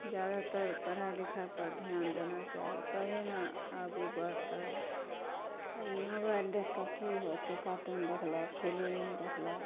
जादातर पढ़ाइ लिखाइ पर धिआन देना चाही तबे ने आगु बढ़तै ई मोबाइल देखि कऽ की होयतै कार्टून देखलक फिलिम देखलक